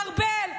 ארבל,